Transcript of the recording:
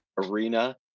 arena